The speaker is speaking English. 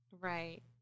Right